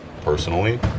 personally